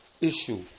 issue